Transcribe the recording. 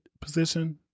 position